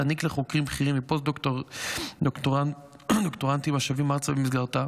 היא תעניק לחוקרים בכירים ופוסט-דוקטורנטים השבים ארצה במסגרתה